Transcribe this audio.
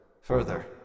further